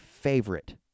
favorite